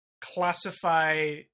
classify